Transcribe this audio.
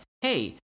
hey